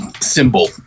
symbol